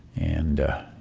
and